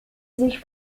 sich